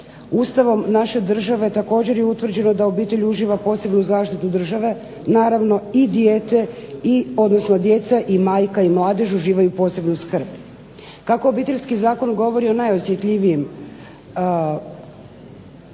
Ustavom naše države također je utvrđeno da obitelj uživa posebnu zaštitu države. Naravno i dijete, odnosno djeca i majka i mladež uživaju posebnu skrb. Kako Obiteljski zakon govori o najosjetljivijim pitanjima,